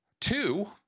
two